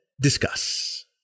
discuss